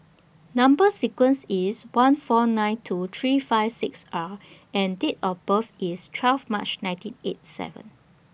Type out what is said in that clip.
Number sequence IS one four nine two three five six R and Date of birth IS twelve March ninety eight seven